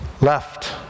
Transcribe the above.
left